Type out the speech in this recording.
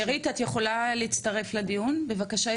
מירית את יכולה להצטרף לדיון בבקשה,